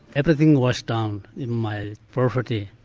everything washed down in my property,